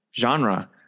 genre